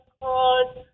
cause